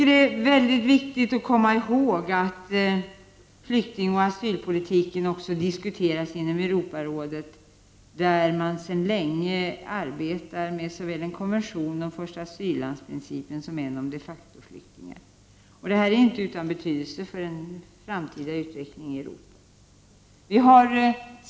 Det är mycket viktigt att komma ihåg att flyktingoch asylpolitiken också diskuteras inom Europarådet, där man sedan länge arbetar med såväl en konvention om första asyllandsprincipen som en om de facto-flyktingar. Detta saknar inte betydelse för en framtida utveckling i Europa.